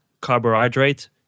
carbohydrate